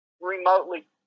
remotely